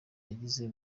yagize